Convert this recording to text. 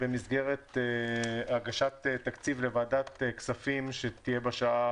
במסגרת הגשת תקציב לוועדת הכספים שתהיה בשעה